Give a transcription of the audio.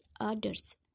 others